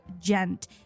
gent